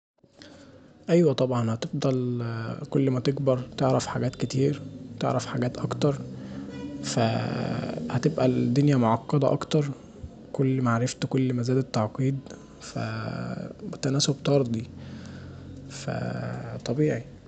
أيوه طبعا هتفضل كل ما تكبر تعرب حاجات كتير، وتعرف حاجات اكتر، فهتبقي الدنيامعقده اكتر، كل ما عرفت كل ما زاد التعقيد، تناسب طردي، فطبيعي.